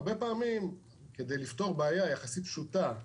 הרבה פעמים כדי לפתור בעיה יחסית פשוטה,